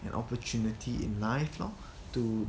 an opportunity in life lor to